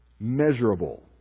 measurable